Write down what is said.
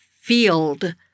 field